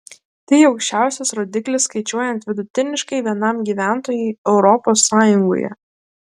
tai aukščiausias rodiklis skaičiuojant vidutiniškai vienam gyventojui europos sąjungoje